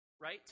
right